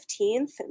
15th